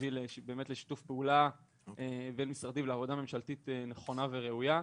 שמביא באמת לשיתוף פעולה בין-משרדי ולעבודה ממשלתית נכונה וראויה.